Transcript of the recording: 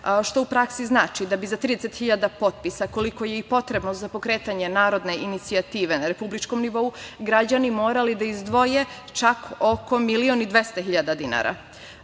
Što u praksi znači da bi za 30.000 potpisa, koliko je i potrebno za pokretanje narodne inicijative na republičkom nivou, građani morali da izdvoje čak oko 1,2 miliona dinara.